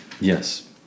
Yes